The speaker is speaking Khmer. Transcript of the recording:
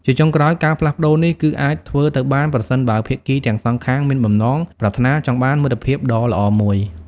ជាចុងក្រោយ ការផ្លាស់ប្តូរនេះគឺអាចធ្វើទៅបាន ប្រសិនបើភាគីទាំងសងខាងមានបំណងប្រាថ្នាចង់បានមិត្តភាពដ៏ល្អមួយ។